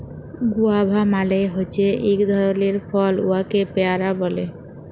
guava মালে হছে ইক ধরলের ফল উয়াকে পেয়ারা ব্যলে